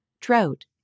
drought